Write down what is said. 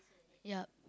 yup